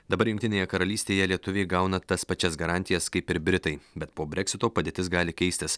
dabar jungtinėje karalystėje lietuviai gauna tas pačias garantijas kaip ir britai bet po breksito padėtis gali keistis